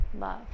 love